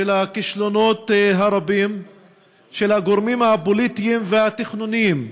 הכישלונות הרבים של הגורמים הפוליטיים והתכנוניים,